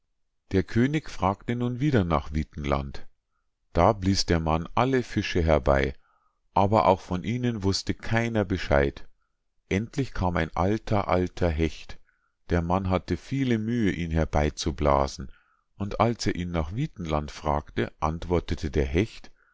der könig fragte nun wieder nach witenland da blies der mann alle fische herbei aber auch von ihnen wußte keiner bescheid endlich kam ein alter alter hecht der mann hatte viele mühe ihn herbeizublasen und als er ihn nach witenland fragte antwortete der hecht